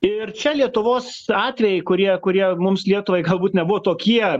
ir čia lietuvos atvejai kurie kurie mums lietuvai galbūt nebuvo tokie